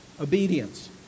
obedience